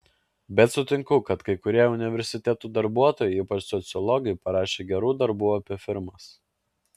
bet sutinku kad kai kurie universitetų darbuotojai ypač sociologai parašė gerų darbų apie firmas